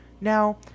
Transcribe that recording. now